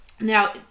Now